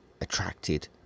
attracted